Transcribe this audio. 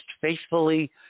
faithfully